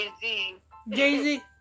Jay-Z